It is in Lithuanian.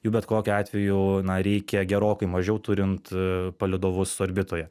jų bet kokiu atveju na reikia gerokai mažiau turint palydovus orbitoje